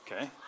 Okay